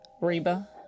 Reba